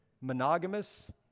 monogamous